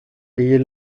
ayez